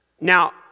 Now